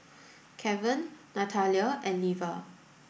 Kevan Nathalia and Leva